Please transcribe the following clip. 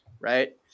right